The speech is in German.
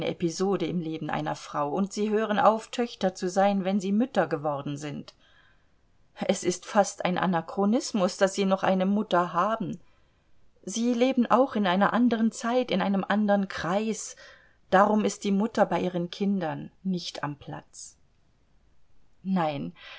episode im leben einer frau und sie hören auf töchter zu sein wenn sie mütter geworden sind es ist fast ein anachronismus daß sie noch eine mutter haben sie leben auch in einer andern zeit in einem andern kreis darum ist die mutter bei ihren kindern nicht am platz nein